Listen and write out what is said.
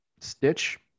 Stitch